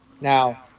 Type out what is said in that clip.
Now